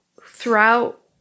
throughout